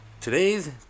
today's